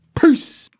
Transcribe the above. peace